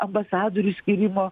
ambasadorių skyrimo